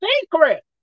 secret